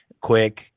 Quick